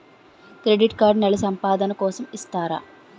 Credit card నెల సంపాదన కోసం ఇస్తారా?